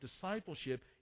discipleship